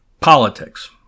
politics